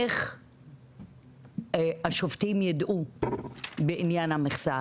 איך השופטים יידעו בעניין המכסה?